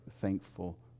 thankful